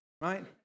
right